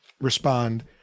respond